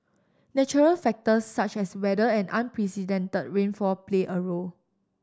natural factors such as weather and unprecedented rainfall play a role